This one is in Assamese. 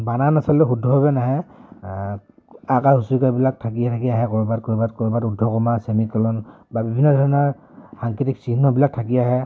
বানান আচলতে শুদ্ধভাৱে নাহে আকাৰ হছইকাৰবিলাক থাকি থাকি আহে ক'ৰবাত ক'ৰবাত ক'ৰবাত উদ্ধ কৰ্মা চেমীকলন বা বিভিন্ন ধৰণৰ সাংকেতিক চিহ্নবিলাক থাকি আহে